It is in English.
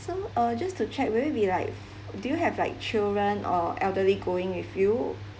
so uh just to check will it be like do you have like children or elderly going with you